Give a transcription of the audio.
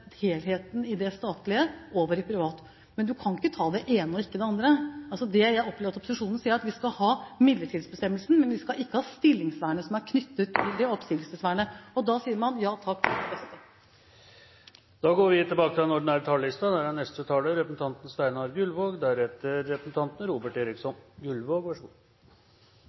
helheten i det statlige over til det private, men en kan ikke ta det ene og ikke det andre. Det jeg opplever at opposisjonen sier, er at vi skal ha midlertidighetsbestemmelsen, men vi skal ikke ha stillingsvernet som er knyttet til det oppsigelsesvernet. Da sier man ja takk … Replikkordskiftet er omme. Siden regjeringsskiftet i 2005 er det